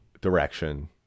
direction